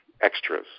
extras